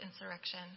insurrection